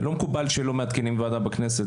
לא מקובל שלא מעדכנים ועדה בכנסת,